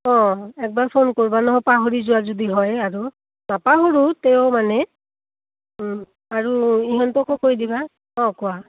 অঁ একবাৰ ফোন কৰিবা নহয় পাহৰি যোৱা যদি হয় আৰু নাপাহৰোঁ তেওঁ মানে আৰু ইহঁতকো কৈ দিবা অঁ কোৱা